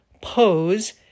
pose